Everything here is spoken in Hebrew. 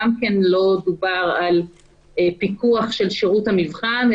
גם לא דובר על פיקוח של שירות המבחן,